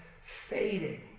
fading